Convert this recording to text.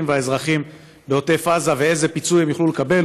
והאזרחים בעוטף עזה ואיזה פיצוי הם יוכלו לקבל.